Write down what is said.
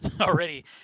already